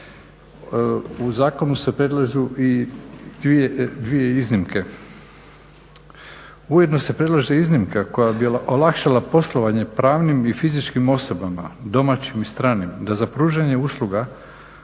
u zakonu se predlažu i dvije iznimke. Ujedno se predlaže iznimka koja bi olakšala poslovanje pravnim i fizičkim osobama, domaćim i stranim da za pružanje usluga